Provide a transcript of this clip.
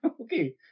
Okay